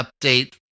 update